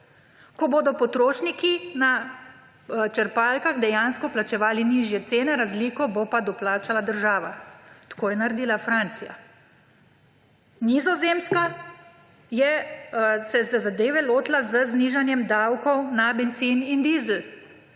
ko bodo potrošniki na črpalkah dejansko plačevali nižje cene, razliko bo pa doplačala država. Tako je naredila Francija. Nizozemska se je zadeve lotila z znižanjem davkov na bencin in dizel,